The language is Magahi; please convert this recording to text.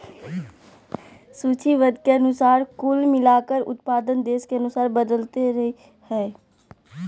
सूचीबद्ध के अनुसार कुल मिलाकर उत्पादन देश के अनुसार बदलते रहइ हइ